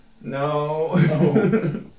No